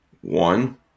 one